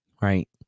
right